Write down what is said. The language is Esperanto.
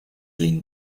lin